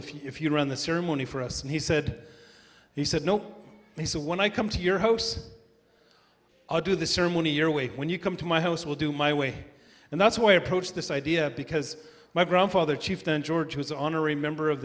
if you if you run the ceremony for us and he said he said no he said when i come to your house i do the ceremony your way when you come to my house will do my way and that's why i approach this idea because my grandfather chieftain george was on or a member of